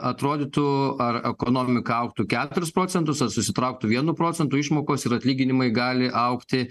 atrodytų ar ekonomika augtų keturis procentus ar susitrauktų vienu procentu išmokos ir atlyginimai gali augti